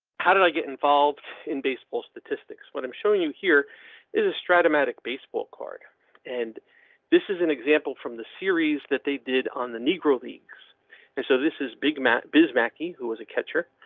how did i get involved in baseball statistics? what i'm showing you here is a strata matic baseball card and this is an example from the series that they did on the leagues leagues and so this is big biz mackey who was a catcher.